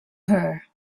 her